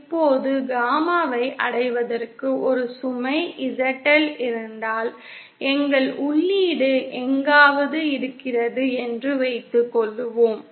இப்போது காமாவை அடைவதற்கு ஒரு சுமை ZL இருந்தால் எங்கள் உள்ளீடு எங்காவது இருக்கிறது என்று வைத்துக்கொள்வோம்